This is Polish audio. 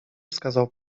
wskazał